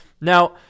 Now